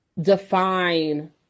define